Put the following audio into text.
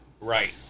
Right